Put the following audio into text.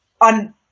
on